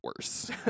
worse